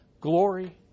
glory